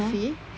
(uh huh)